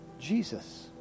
Jesus